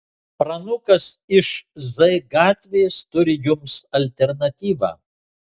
pranukas iš z gatvės turi jums alternatyvą